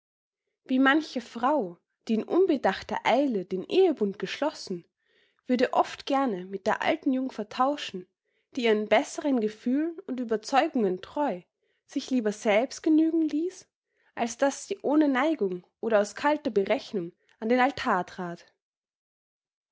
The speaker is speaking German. wie manche frau die in unbedachter eile den ehebund geschlossen würde oft gerne mit der alten jungfer tauschen die ihren besseren gefühlen und ueberzeugungen treu sich lieber selbst genügen ließ als daß sie ohne neigung oder aus kalter berechnung an den altar trat